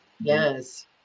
Yes